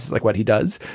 like what he does,